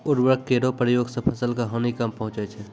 उर्वरक केरो प्रयोग सें फसल क हानि कम पहुँचै छै